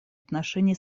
отношении